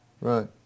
Right